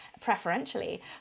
preferentially